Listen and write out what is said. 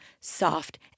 soft